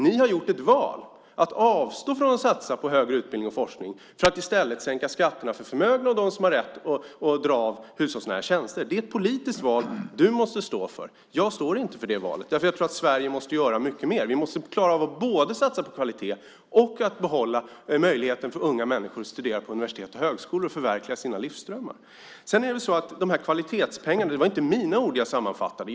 Ni har gjort ett val att avstå från att satsa på högre utbildning och forskning för att i stället sänka skatterna för förmögna och för dem som har rätt att göra avdrag för hushållsnära tjänster. Det är ett politiskt val som du måste stå för. Jag står inte för det valet därför att jag tror att Sverige måste göra mycket mer. Vi måste klara av både att satsa på kvalitet och att behålla möjligheterna för unga människor att studera på universitet och högskolor och förverkliga sina livsdrömmar. När det gäller dessa kvalitetspengar var det inte mina ord som jag sammanfattade.